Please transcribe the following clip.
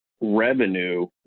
revenue